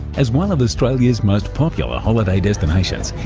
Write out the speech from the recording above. as one of australia's most popular holiday destinations,